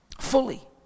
Fully